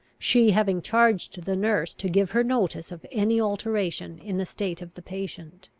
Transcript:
she having charged the nurse to give her notice of any alteration in the state of the patient.